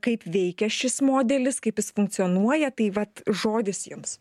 kaip veikia šis modelis kaip jis funkcionuoja tai vat žodis jums